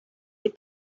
des